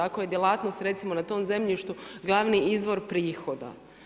Ako je djelatnost recimo na tom zemljištu glavni izvor prihoda.